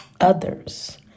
others